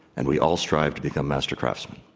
and we all strive to become master craftsmen.